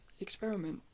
experiment